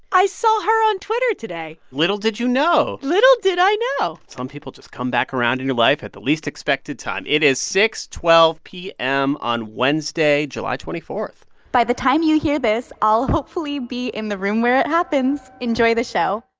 i saw her on twitter today little did you know little did i know some people just come back around in your life at the least expected time. it is six twelve p m. on wednesday july twenty four point by the time you hear this, i'll hopefully be in the room where it happens. enjoy the show